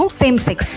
same-sex